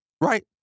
Right